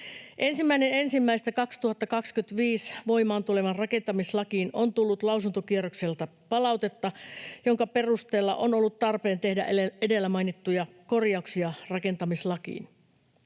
1.1.2025 voimaan tulevaan rakentamislakiin on tullut lausuntokierrokselta palautetta, jonka perusteella on ollut tarpeen tehdä edellä mainittuja korjauksia rakentamislakiin.